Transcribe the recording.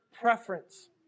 preference